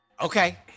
Okay